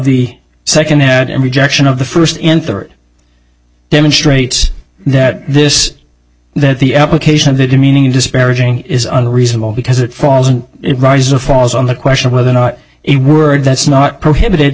the second and rejection of the first in third demonstrates that this that the application of the demeaning disparaging is unreasonable because it falls and it rises or falls on the question of whether or not it word that's not prohibited